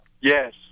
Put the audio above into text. Yes